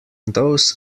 those